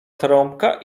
trąbka